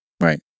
Right